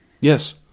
Yes